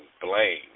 blame